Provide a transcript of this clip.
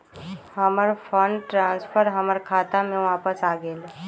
हमर fund transfer हमर खाता में वापस आ गेल